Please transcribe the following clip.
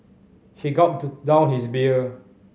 he gulped down his beer